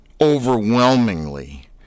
overwhelmingly